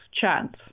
chance